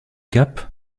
cap